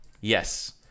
Yes